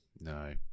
No